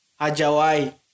Hajawai